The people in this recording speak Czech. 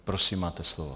Prosím, máte slovo.